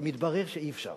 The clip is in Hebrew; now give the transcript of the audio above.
מתברר שאי-אפשר.